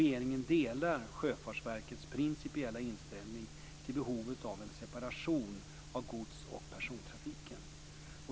Regeringen delar Sjöfartsverkets principiella inställning till behovet av en separation av gods och persontrafiken.